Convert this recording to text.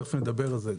תכף נדבר על זה.